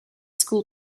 school